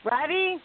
Ready